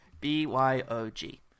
b-y-o-g